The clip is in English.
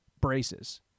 braces